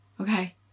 okay